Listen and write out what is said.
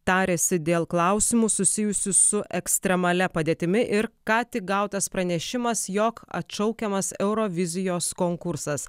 tarėsi dėl klausimų susijusių su ekstremalia padėtimi ir ką tik gautas pranešimas jog atšaukiamas eurovizijos konkursas